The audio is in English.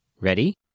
Ready